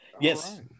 yes